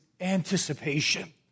anticipation